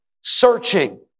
searching